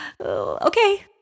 okay